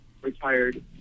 retired